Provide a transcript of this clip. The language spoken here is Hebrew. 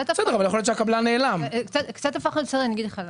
שאלה שהקבלן מחויב לרוכש,